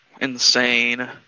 insane